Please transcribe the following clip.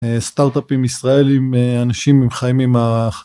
‫סטארט-אפים ישראלים, ‫אנשים חיים עם ה...